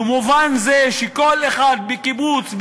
במובן זה שכל אחד בקיבוץ,